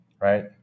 right